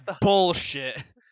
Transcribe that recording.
bullshit